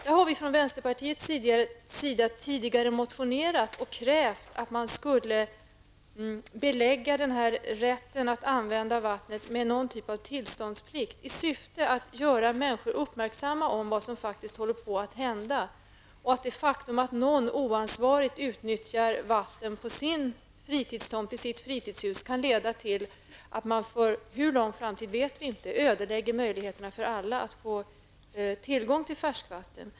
Där har vi från vänsterpartiet tidigare motionerat och krävt att man skulle belägga denna rätt att använda vattnet med någon typ av tillståndsplikt i syfte att göra människor uppmärksamma på vad som faktiskt håller på att hända och att det faktum att någon oansvarigt utnyttjar vatten på sin fritidstomt till sitt fritidshus kan leda till att man -- för hur långt fram till vet vi inte -- ödelägger möjligheterna för alla att få tillgång till färskvatten.